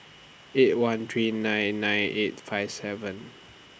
eight one three nine nine eight five seven